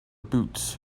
boots